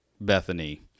Bethany